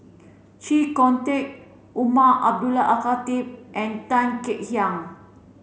Chee Kong Tet Umar Abdullah Al Khatib and Tan Kek Hiang